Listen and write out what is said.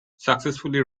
successfully